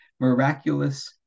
miraculous